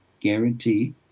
guarantee